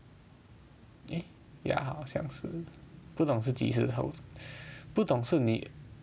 eh ya 好像是不懂是几时 though 不懂是你